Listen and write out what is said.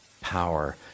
power